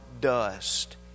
dust